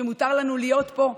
שמותר לנו להיות פה?